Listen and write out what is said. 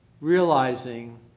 Realizing